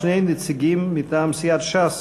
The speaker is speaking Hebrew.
שני נציגים מטעם סיעת ש"ס,